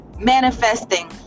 manifesting